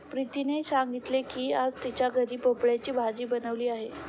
प्रीतीने सांगितले की आज तिच्या घरी भोपळ्याची भाजी बनवली आहे